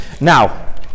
now